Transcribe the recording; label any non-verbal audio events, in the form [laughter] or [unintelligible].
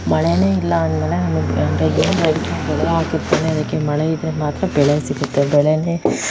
ಮಳೆಯೇ ಇಲ್ಲ ಅಂದ ಮೇಲೆ [unintelligible] ಏನು ರೈತ ಬೆಳೆ ಹಾಕಿರ್ತಾನೆ ಅದಕ್ಕೆ ಮಳೆ ಇದ್ದರೆ ಮಾತ್ರ ಬೆಳೆ ಸಿಗತ್ತೆ ಬೆಳೆಯೇ